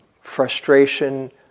frustration